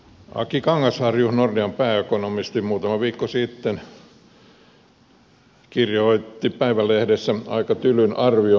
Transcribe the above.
aki kangasharju nordean pääekonomisti muutama viikko sitten kirjoitti päivälehdessä aika tylyn arvion